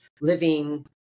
living